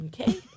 Okay